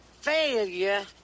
failure